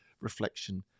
reflection